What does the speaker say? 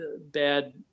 bad